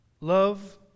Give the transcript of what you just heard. Love